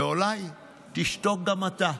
ואולי תשתוק גם אתה.